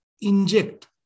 inject